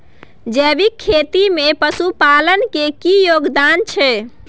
जैविक खेती में पशुपालन के की योगदान छै?